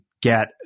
get